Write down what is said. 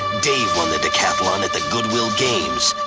dave won the decathlon at the goodwill games.